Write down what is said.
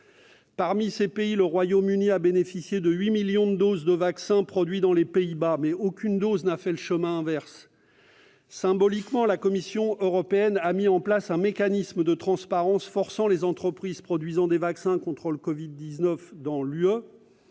Parmi ces pays, le Royaume-Uni a bénéficié de 8 millions de doses de vaccin produites aux Pays-Bas, mais aucune dose n'a fait le chemin inverse. Symboliquement, la Commission européenne a mis en place un « mécanisme de transparence » forçant les entreprises qui produisent des vaccins contre le covid-19 dans l'Union